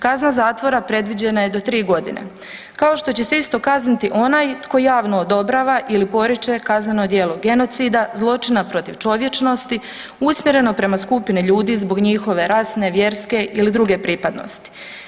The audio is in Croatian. Kazna zatvora predviđena je do tri godine kao što će se isto kazniti onaj tko javno odobrava ili poriče kazneno djelo genocida zločina protiv čovječnosti usmjereno prema skupini ljudi zbog njihove rasne, vjerske ili druge pripadnosti.